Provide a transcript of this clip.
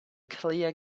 clear